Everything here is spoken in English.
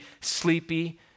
sleepy